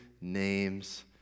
name's